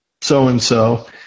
so-and-so